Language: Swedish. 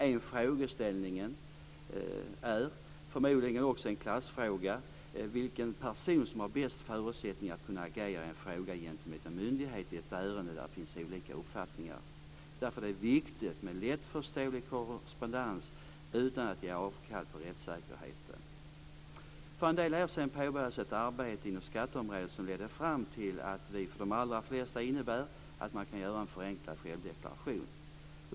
En frågeställning, som förmodligen också är en klassfråga, är: Vilken person har bäst förutsättningar för att kunna agera i en fråga gentemot en myndighet i ett ärende där det finns olika uppfattningar? Därför är det viktigt med lättförståelig korrespondens utan att man ger avkall på rättssäkerheten. För en del år sedan påbörjades ett arbete inom skatteområdet som för de allra flesta ledde fram till en förenklad självdeklaration.